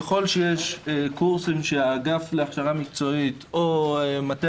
ככל שיש קורסים שהאגף להכשרה מקצועית או מטה